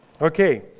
Okay